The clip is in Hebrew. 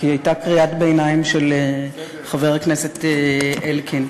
כי הייתה קריאת ביניים של חבר הכנסת אלקין.